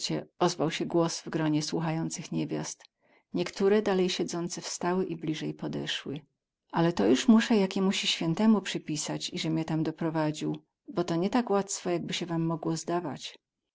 ozwał się głos w gronie słuchających niewiast niektóre dalej siedzące wstały i bliżej podeszły ale to juz musę jakiemusi świętemu przypisać ize mnie tam doprowadził bo to nie tak łacwo jakby sie wam mogło zdajać